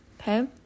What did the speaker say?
okay